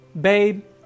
Babe